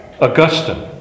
Augustine